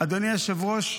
אדוני היושב-ראש,